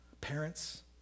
parents